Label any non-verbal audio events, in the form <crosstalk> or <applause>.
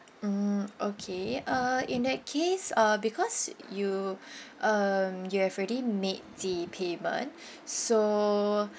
mm okay uh in that case uh because you <breath> um you have already made the payment <breath> so